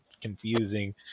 confusing